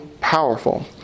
powerful